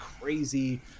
crazy